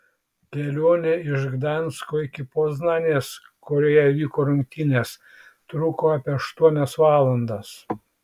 kelionė iš gdansko iki poznanės kurioje vyko rungtynės truko apie aštuonias valandas